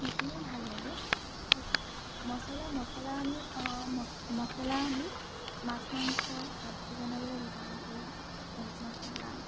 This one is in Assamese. সেইখিনিও ভাল লাগে তাছত মচলা মচলা আমি মচলা আমি মাছ মাংস চব্জি বনাবলৈ ব্যৱহাৰ কৰোঁ মিট মচলা